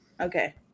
Okay